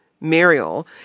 Muriel